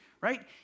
right